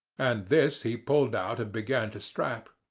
and this he pulled out and began to strap.